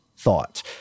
thought